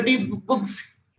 books